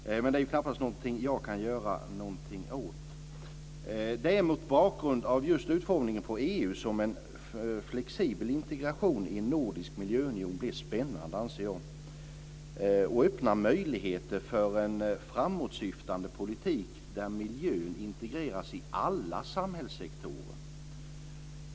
Men det är knappast någonting jag kan göra någonting åt. Det är mot bakgrund av just utformningen av EU som en flexibel integration i en nordisk miljöunion blir spännande, anser jag, och öppnar möjligheter för en framåtsyftande politik där miljön integreras i alla samhällssektorer.